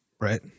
right